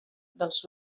dels